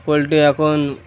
poultry এখন